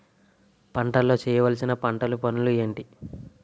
పంటలో చేయవలసిన పంటలు పనులు ఏంటి?